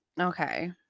Okay